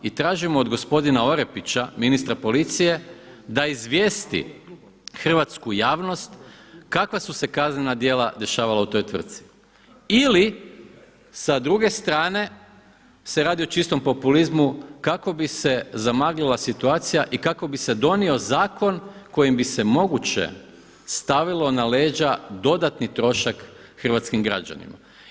I tražimo od gospodina Orepića, ministra policije, da izvijesti hrvatsku javnost kakva su se kaznena djela dešavala u toj tvrci ili sa druge strane se radi o čistom populizmu kako bi se zamaglila situacija i kako bi se donio zakon kojim bi se moguće stavilo na leđa dodatni trošak hrvatskim građanima.